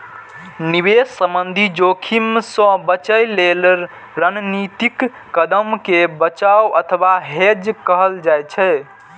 निवेश संबंधी जोखिम सं बचय लेल रणनीतिक कदम कें बचाव अथवा हेज कहल जाइ छै